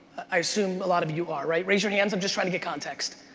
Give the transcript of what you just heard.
i assume a lot of you are, right? raise your hands, i'm just trying to get context.